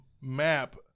map